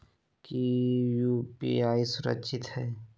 की यू.पी.आई सुरक्षित है?